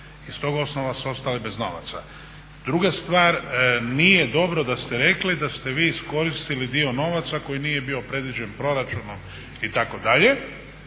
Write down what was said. I s tog osnova su ostali bez novaca. Druga stvar, nije dobro da ste rekli da ste vi iskoristili dio novaca koji nije bio predviđen proračunom itd.